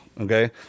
Okay